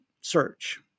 search